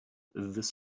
this